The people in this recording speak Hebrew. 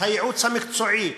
את הייעוץ המקצועי,